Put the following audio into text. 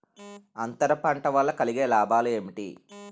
అంతర పంట వల్ల కలిగే లాభాలు ఏంటి